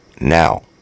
now